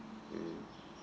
mm